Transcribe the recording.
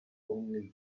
only